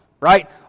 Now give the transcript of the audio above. Right